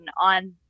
on